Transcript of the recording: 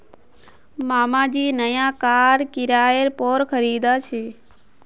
मामा जी नया कार किराय पोर खरीदा छे